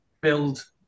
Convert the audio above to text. build